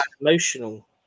Emotional